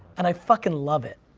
and i fucking love it.